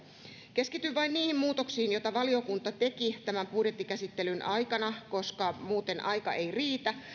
keskityn vain niihin muutoksiin joita valiokunta teki tämän budjettikäsittelyn aikana koska muuten aika ei riitä